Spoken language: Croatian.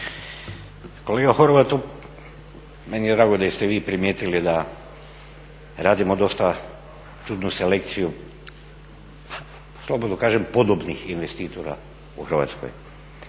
Kolega Horvat, meni je drago da ste vi primijetili da radimo dosta čudnu selekciju, slobodno kažem podobnih investitora u Hrvatskoj.